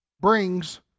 brings